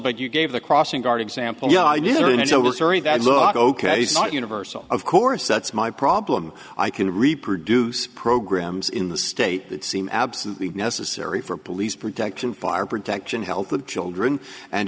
but you gave the crossing guard example yeah i knew that it was very that look ok so universal of course that's my problem i can reproduce programs in the state that seem absolutely necessary for police protection fire protection health of children and